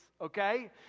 okay